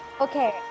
okay